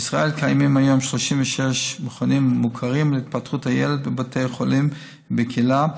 בישראל קיימים היום 36 מכונים מוכרים להתפתחות הילד בבתי חולים ובקהילה,